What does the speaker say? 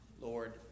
Lord